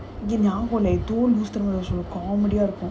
நான் கூட:naan kooda comedy ah இருக்கும்:irukkum